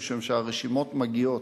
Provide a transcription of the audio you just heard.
מפני שהרשימות מגיעות.